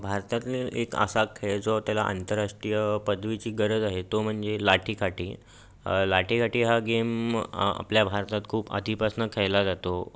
भारतातील एक असा खेळ जो त्याला आंतरराष्ट्रीय पदवीची गरज आहे तो म्हणजे लाठी काठी लाठी काठी हा गेम आपल्या भारतात खूप आधीपासून खेळला जातो